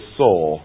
soul